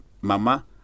mama